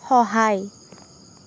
সহায়